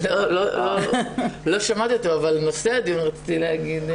לא שמעתי אותו אבל רציתי להגיד,